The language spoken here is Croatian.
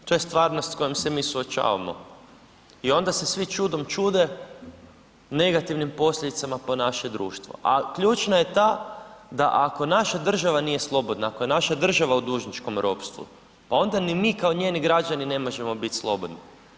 To je stvarnost s kojom se mi suočavamo i onda se svi čudom čude negativnim posljedicama po naše društvo, a ključna je ta da ako naša država nije slobodna, ako je naša država u dužničkom ropstvu onda ni mi kao njeni građani ne možemo biti slobodni.